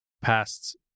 past